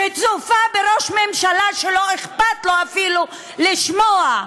שצופה בראש ממשלה שלא אכפת לו אפילו לשמוע.